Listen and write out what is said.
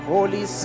Holy